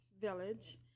Village